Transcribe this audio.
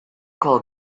call